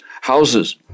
Houses